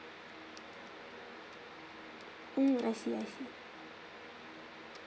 mm I see I see